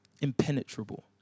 impenetrable